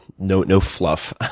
no no fluff.